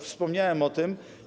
Wspomniałem o tym.